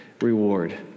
reward